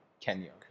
Kenya